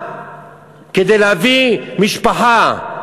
להביא משפחה,